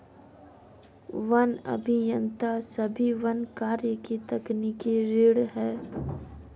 one अभियंता सभी वन कार्यों की तकनीकी रीढ़ हैं